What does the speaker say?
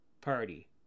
Party